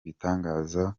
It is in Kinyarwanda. ibitangaza